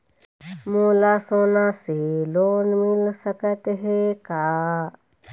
मोला सोना से लोन मिल सकत हे का?